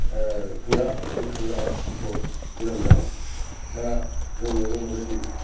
गोरा गोख्रों गथ' जोनोम जागोन दा जों नुनो मोनोदि